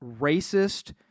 racist